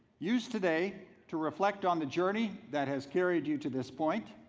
use today to reflect on the journey that has carried you to this point,